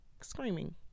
screaming